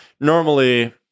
normally